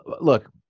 Look